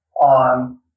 on